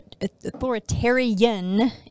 authoritarian